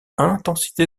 intensité